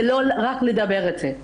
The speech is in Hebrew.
ולא רק לדבר על זה.